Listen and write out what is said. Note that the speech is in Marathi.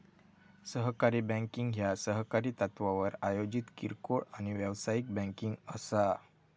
सहकारी बँकिंग ह्या सहकारी तत्त्वावर आयोजित किरकोळ आणि व्यावसायिक बँकिंग असा